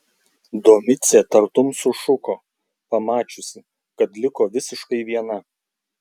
domicė tartum sušuko pamačiusi kad liko visiškai viena